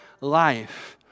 life